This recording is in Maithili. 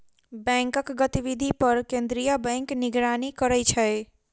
बैंकक गतिविधि पर केंद्रीय बैंक निगरानी करै छै